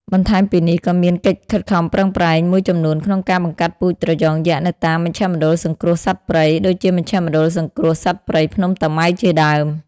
បន្ថែមពីនេះ ក៏មានកិច្ចខិតខំប្រឹងប្រែងមួយចំនួនក្នុងការបង្កាត់ពូជត្រយងយក្សនៅតាម មជ្ឈមណ្ឌលសង្គ្រោះសត្វព្រៃ ដូចជាមជ្ឈមណ្ឌលសង្គ្រោះសត្វព្រៃភ្នំតាម៉ៅជាដើម។